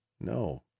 No